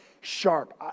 sharp